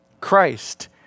Christ